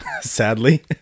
Sadly